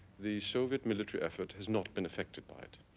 the soviet military effort has not been affected by it.